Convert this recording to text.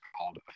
called